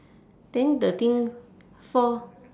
then the thing fall